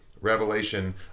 revelation